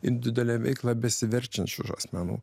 individualia veikla besiverčiančių asmenų